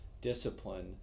discipline